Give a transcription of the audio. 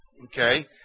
okay